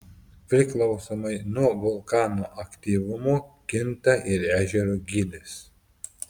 priklausomai nuo vulkano aktyvumo kinta ir ežero gylis